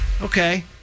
Okay